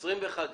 בסדר,